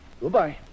Goodbye